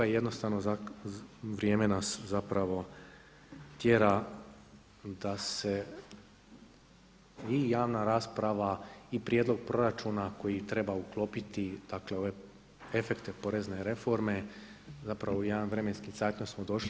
I jednostavno vrijeme nas zapravo tjera da se i javna rasprava i prijedlog proračuna koji treba uklopiti, dakle ove efekte porezne reforme zapravo u jedan vremenski zeit not smo došli.